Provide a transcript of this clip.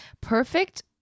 perfect